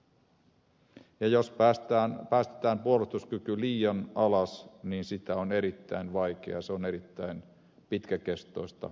ja jos päästetään puolustuskyky liian alas sitä on erittäin vaikeaa ja erittäin pitkäkestoista nostaa takaisin